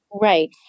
Right